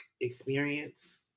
experience